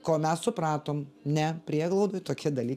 kol mes supratom ne prieglaudoj tokie dalykai